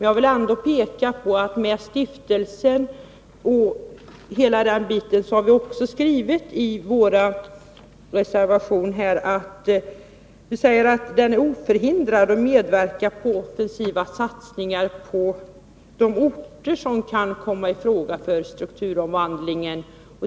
Jag vill peka på att vi när det gäller stiftelsen i betänkandet skriver att den är ”oförhindrad att medverka vid offensiva satsningar” på de orter som kan komma i fråga för strukturomvandlingen.